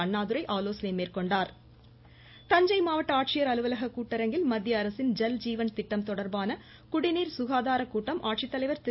அண்ணாதுரை ஆலோசனை மேற்கொண்டாா் தஞ்சை மாவட்ட ஆட்சியர் அலுவலக கூட்டரங்கில் மத்திய அரசின் ஜல் ஜீவன் திட்டம் தொடர்பான குடிநீர் சுகாதார கூட்டம் ஆட்சித்தலைவர் திரு